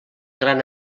gran